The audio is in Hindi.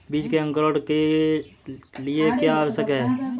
बीज के अंकुरण के लिए क्या आवश्यक है?